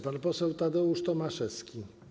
Pan poseł Tadeusz Tomaszewski.